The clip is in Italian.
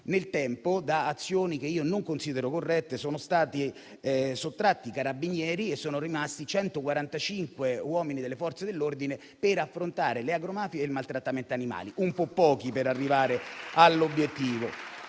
effetto di azioni che non considero corrette, sono stati sottratti carabinieri e sono rimasti 145 uomini delle Forze dell'ordine per affrontare le agromafie e il maltrattamento degli animali, che sono un po' pochi per arrivare all'obiettivo.